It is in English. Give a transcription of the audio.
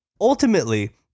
Ultimately